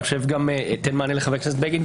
אני חושב שגם אתן מענה לחבר הכנסת בגין.